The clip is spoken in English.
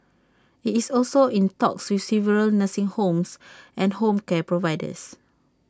IT is also in talks with several nursing homes and home care providers